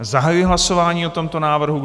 Zahajuji hlasování o tomto návrhu.